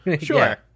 Sure